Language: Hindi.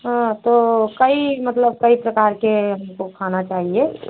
हाँ तो कई मतलब कई प्रकार के हमको खाना चाहिए